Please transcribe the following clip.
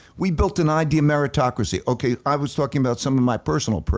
we built an idea meritocracy, okay, i was talking about some of my personal